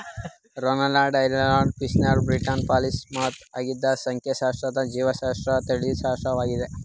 Ronald Aylmer Fisher British polymath ಆಗಿದ್ದು ಸಂಖ್ಯಾಶಾಸ್ತ್ರಜ್ಞ ಜೀವಶಾಸ್ತ್ರಜ್ಞ ತಳಿಶಾಸ್ತ್ರಜ್ಞರಾಗಿದ್ರು